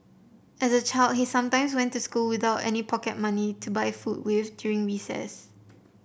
as a child he sometimes went to school without any pocket money to buy food with during recess